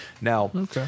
Now